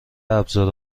ابزار